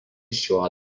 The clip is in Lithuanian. šiuo